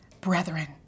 brethren